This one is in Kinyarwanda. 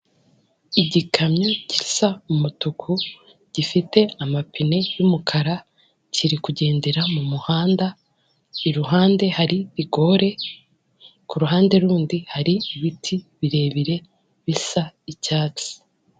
Igikamyo gisa umutuku gifite amapine y'umukara, kiri kugendera mu muhanda, iruhande hari rigore, ku ruhande rundi hari ibiti birebire bisa icyatsi.